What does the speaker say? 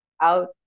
out